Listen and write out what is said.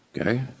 Okay